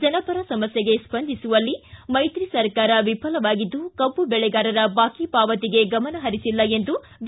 ಜನಪರ ಸಮಸ್ಯೆಗೆ ಸ್ಪಂದಿಸುವಲ್ಲಿ ಮೈತ್ರಿ ಸರ್ಕಾರ ವಿಫಲವಾಗಿದ್ದು ಕಬ್ಬು ಬೆಳೆಗಾರರ ಬಾಕಿ ಪಾವತಿಗೆ ಗಮನ ಹರಿಸಿಲ್ಲ ಎಂದು ಬಿ